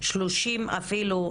31 אפילו,